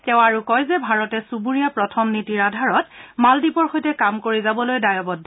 তেওঁ আৰু কয় যে ভাৰতে চুবুৰীয়া প্ৰথম নীতিৰ আধাৰত মালদ্বীপৰ সৈতে কাম কৰি যাবলৈ দায়বদ্ধ